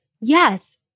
yes